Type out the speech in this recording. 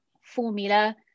formula